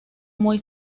muy